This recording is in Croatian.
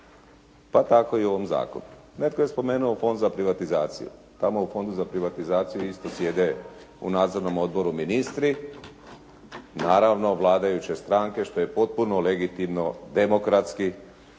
pa tako i o ovom zakonu. Netko je spomenuo Fond za privatizaciju. Tamo u Fondu za privatizaciju isto sjede u nadzornom odboru ministri, naravno vladajuće stranke što je potpuno legitimno, demokratski